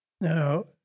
No